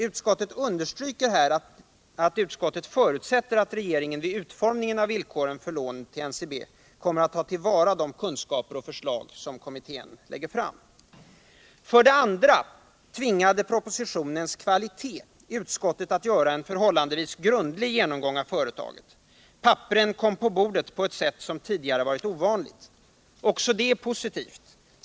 Utskottet understryker här att det förutsätter att regeringen vid utformningen av villkoren för lån till NCB kommer att ta till vara de kunskaper och förslag som kommittén lägger fram. För det andra tvingade propositionens kvalitet utskottet att göra en förhållandevis grundlig genomgång av företaget. Papperen kom på bordet på ett sätt som tidigare varit ovanligt. Också detta är positivt.